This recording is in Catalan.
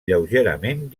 lleugerament